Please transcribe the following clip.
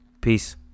Peace